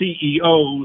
CEOs